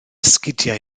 sgidiau